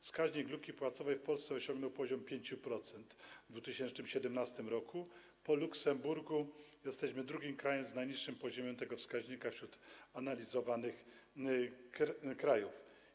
Wskaźnik luki płacowej w Polsce osiągnął poziom 5% w 2017 r., po Luksemburgu jesteśmy drugim krajem z najniższym poziomem tego wskaźnika wśród analizowanych krajów.